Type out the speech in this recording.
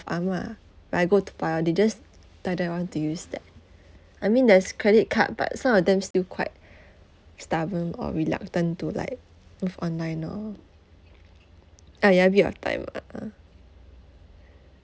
ah ma like go toa payoh they just die die want to use that I mean there's credit card but some of them still quite stubborn or reluctant to like move on lah you know ah maybe your time ah